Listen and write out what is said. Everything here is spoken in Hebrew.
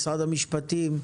משרד המשפטים,